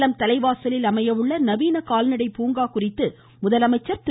சேலம் தலைவாசலில் அமையவுள்ள நவீன கால்நடை பூங்கா குறித்து முதலமைச்சர் திரு